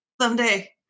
Someday